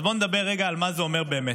אז בואו נדבר רגע על מה זה אומר באמת.